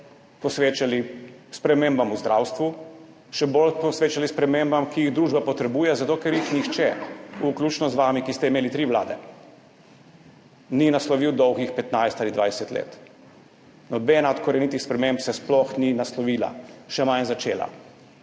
posvečali spremembam v zdravstvu, še bolj posvečali spremembam, ki jih družba potrebuje, zato ker jih nihče, vključno z vami, ki ste imeli tri vlade, ni naslovil dolgih 15 ali 20 let, nobena od korenitih sprememb se sploh ni naslovila, še manj začela.